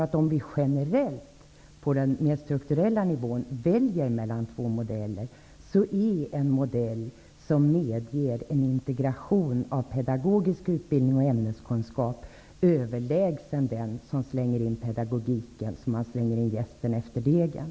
Men om vi generellt på den mera strukturella nivån väljer mellan två modeller, är den modell som medger en integration av pedagogisk utbildning och ämneskunskaper överlägsen den modell som slänger in pedagogiken som man slänger in jästen efter degen.